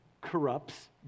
corrupts